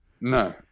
no